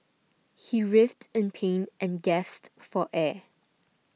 he writhed in pain and gasped for air